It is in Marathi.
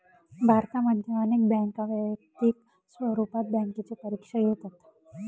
भारतामध्ये अनेक बँका वैयक्तिक स्वरूपात बँकेची परीक्षा घेतात